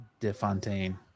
DeFontaine